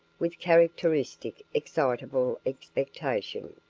with characteristic excitable expectation.